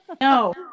No